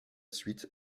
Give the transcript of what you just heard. suite